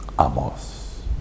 Amos